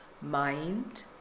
mind